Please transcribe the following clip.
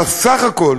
הסך הכול